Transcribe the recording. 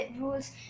rules